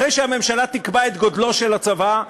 אחרי שהממשלה תקבע את גודלו של הצבא,